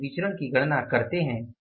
आप इस विचरण की गणना करते हैं